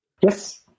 yes